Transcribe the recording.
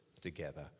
together